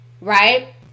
right